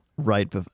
right